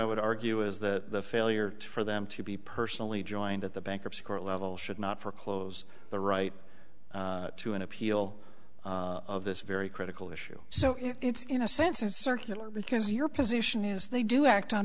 i would argue is that the failure to for them to be personally joined at the bankruptcy court level should not for close the right to an appeal of this very critical issue so if it's in a sense it's circular because your position is they do act on